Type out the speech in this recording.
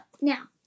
now